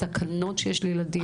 סכנות שיש לילדים.